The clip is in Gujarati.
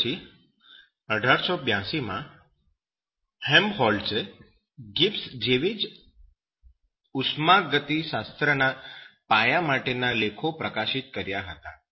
તે પછી 1882 માં હેલ્મહોલ્ટ્ઝે ગિબ્સ જેવા જ ઉષ્માગતિશાસ્ત્રના પાયા માટેના લેખો પ્રકાશિત કર્યા હતા